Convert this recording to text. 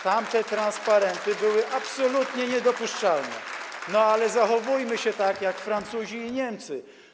Tamte transparenty były absolutnie niedopuszczalne, ale zachowujmy się tak jak Francuzi i Niemcy.